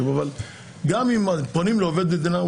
אבל גם אם פונים לעובד מדינה,